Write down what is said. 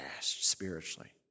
spiritually